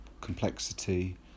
complexity